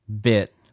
bit